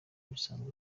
bisanzwe